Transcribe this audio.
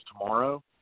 Tomorrow